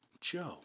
Joe